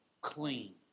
clean